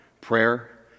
Prayer